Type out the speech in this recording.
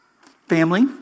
Family